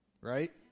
right